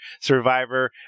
Survivor